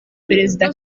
perezida